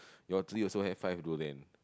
your tree also have five durian